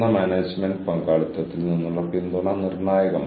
നെറ്റ്വർക്കിൽ നിന്ന് കടം വാങ്ങുന്നത്